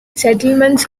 settlements